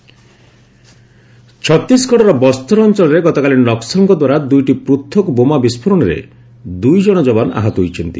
Chhattisgarh blast ଛତିଶଗଡ଼ର ବସ୍ତର ଅଞ୍ଚଳରେ ଗତକାଲି ନକୁଲଙ୍କ ଦ୍ୱାରା ଦୁଇଟି ପୃଥକ ବୋମା ବିସ୍ଫୋରଣରେ ଦୁଇଜଣ ଯବାନ ଆହତ ହୋଇଛନ୍ତି